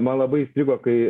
man labai įstrigo kai